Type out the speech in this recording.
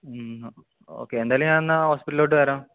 okay എന്തായാലും ഞാനെന്നാൽ ഹോസ്പിറ്റലിലോട്ട് വരാം